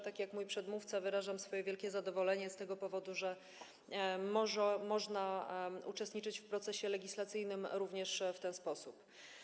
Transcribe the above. Tak jak mój przedmówca wyrażam swoje wielkie zadowolenie z tego powodu, że można uczestniczyć w procesie legislacyjnym również w ten sposób.